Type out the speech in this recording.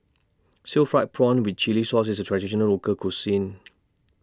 Stir Fried Prawn with Chili Sauce IS A Traditional Local Cuisine